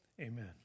Amen